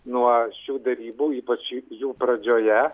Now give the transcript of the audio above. nuo šių derybų ypač į jų pradžioje